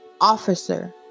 Officer